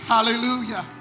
Hallelujah